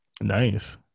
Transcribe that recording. Nice